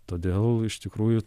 todėl iš tikrųjų